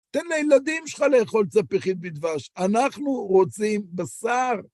תן לילדים שלך לאכול צפיחית בדבש, אנחנו רוצים בשר.